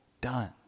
done